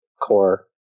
core